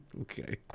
Okay